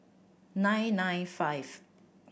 nine nine five